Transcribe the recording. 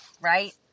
Right